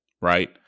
Right